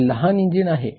ते लहान इंजिन आहे